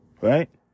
Right